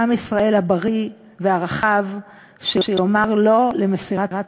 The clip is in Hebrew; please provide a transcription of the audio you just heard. הגיעה אפילו למעמד הזה.